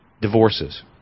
divorces